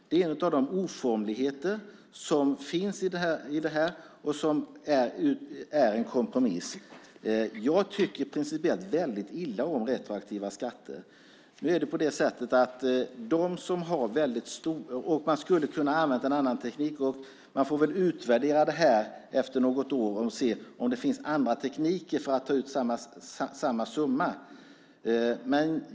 Det är en av de oformligheter som finns i förslaget och som är en kompromiss. Jag tycker principiellt väldigt illa om retroaktiva skatter. Man skulle ha kunnat använda en annan teknik. Man får väl utvärdera det efter något år och se om det finns andra tekniker för att ta ut samma summa.